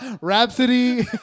Rhapsody